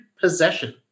possession